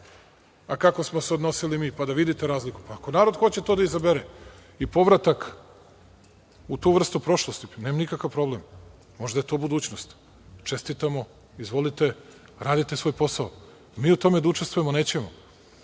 a kako smo se odnosili mi, pa da vidite razliku. Ako narod hoće to da izabere i povratak u tu vrstu prošlosti, nemam nikakav problem, možda je to budućnost. Čestitamo, izvolite, radite svoj posao. Mi u tome da učestvujemo nećemo